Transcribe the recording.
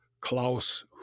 Klaus